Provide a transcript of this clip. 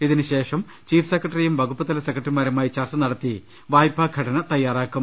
ഇതിനു ശേഷം ചീഫ് സെക്രട്ടറിയും വകുപ്പുതല സെക്രട്ടറിമാരു മായും ചർച്ച നടത്തി വായ്പാ ഘടന തയാറാക്കും